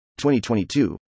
2022